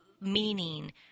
meaning